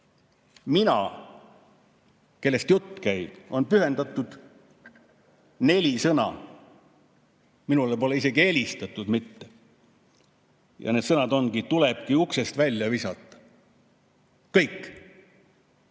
Minule, kellest jutt käib, on pühendatud neli sõna. Minule pole isegi helistatud mitte. Ja need sõnad on, et tulebki uksest välja visata. Kõik.